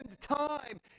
time